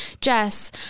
Jess